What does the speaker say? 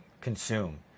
consume